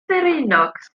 ddraenog